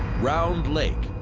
round lake.